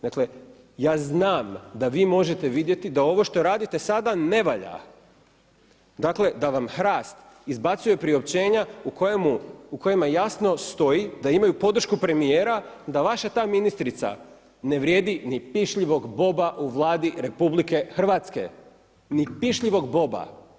Dakle ja znam da vi možete vidjeti da ovo što radite sada ne valja, dakle da vam HRAST izbacuje priopćenja u kojima jasno stoji da imaju podršku premijera, da vaša ta ministrica ne vrijedi ni pišljivog boba u Vladi RH, ni šišljivog boba.